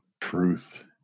Truth